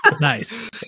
Nice